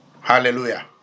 Hallelujah